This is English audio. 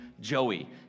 Joey